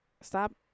stop